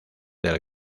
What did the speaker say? del